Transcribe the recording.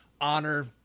honor